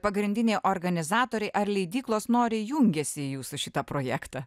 pagrindinė organizatorė ar leidyklos noriai jungėsi į jūsų šitą projektą